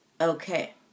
Okay